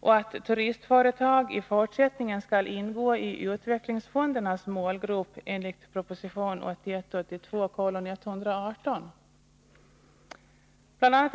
och att turistföretag i fortsättningen, enligt proposition 1981/82:118, skall ingå i utvecklingsfondernas målgrupp. Bl. a.